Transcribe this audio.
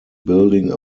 building